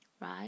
right